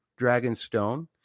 Dragonstone